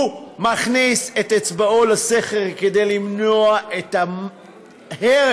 הוא מכניס את אצבעו לסכר כדי למנוע את ההרס